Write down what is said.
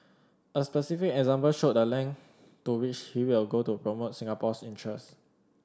a specific example showed the length to which he will go to promote Singapore's interest